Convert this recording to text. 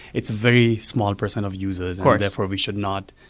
it's very small percent of users, and therefore we should not